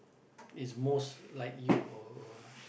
is most like you or or